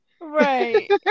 Right